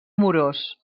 amorós